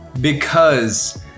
because-